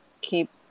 keep